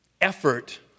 effort